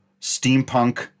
steampunk